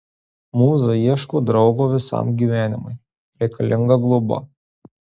mūza ieško draugo visam gyvenimui reikalinga globa